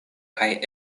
kaj